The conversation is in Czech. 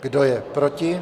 Kdo je proti?